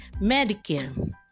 Medicare